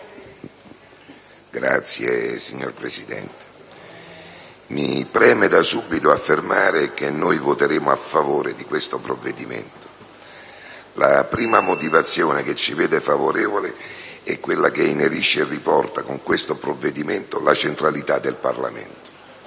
*(PdL)*. Signor Presidente, mi preme da subito affermare che noi voteremo a favore di questo provvedimento. La prima motivazione che ci vede favorevoli è quella che inerisce e riporta, con questo provvedimento, la centralità del Parlamento.